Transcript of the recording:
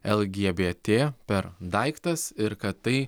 lgbt per daiktas ir kad tai